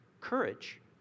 courage